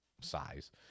size